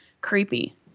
creepy